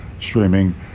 streaming